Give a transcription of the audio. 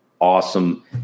awesome